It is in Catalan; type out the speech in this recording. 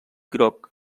groc